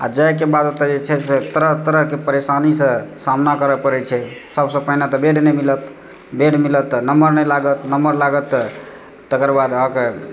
आ जाएके बाद ओतऽ जे छै से तरह तरहकेेँ परेशानीसँ सामना करऽ पड़ै छै सबसँ पहिने तऽ बेड नहि मिलत बेड मिलत तऽ नम्बर नहि लागत नम्बर लागत तऽ तकर बाद अहाँकेँ